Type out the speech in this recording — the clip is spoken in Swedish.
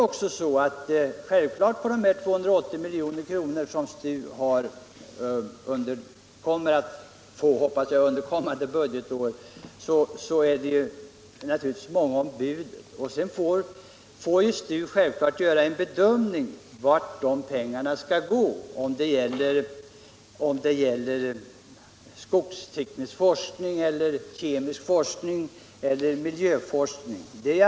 När det gäller de 280 milj.kr. som STU kommer att få, hoppas jag, under kommande budgetår är det naturligtvis många om budet. STU måste givetvis göra en bedömning av vart pengarna skall gå — till skogsteknisk forskning, till kemisk forskning eller till miljöforskning m.fl. områden.